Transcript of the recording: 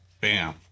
bam